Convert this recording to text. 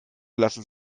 lassen